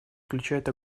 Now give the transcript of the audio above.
включают